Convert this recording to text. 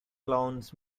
clowns